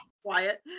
Quiet